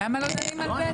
למה לא דנים על ב'?